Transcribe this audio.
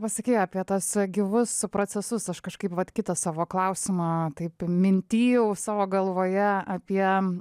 pasakei apie tuos gyvus procesus aš kažkaip vat kitą savo klausimą taip minty jau savo galvoje apie